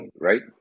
right